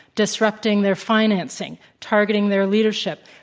disrupting their financing, targeting their leadership,